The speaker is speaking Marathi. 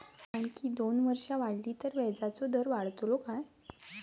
आणखी दोन वर्षा वाढली तर व्याजाचो दर वाढतलो काय?